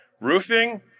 Roofing